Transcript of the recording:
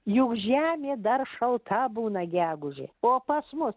jau žemė dar šalta būna gegužę o pas mus